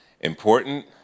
important